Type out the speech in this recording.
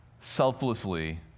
selflessly